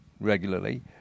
regularly